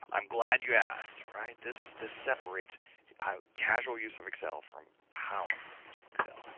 i'm glad you asked, right? this this separates casual use of excel from powerful use of excel,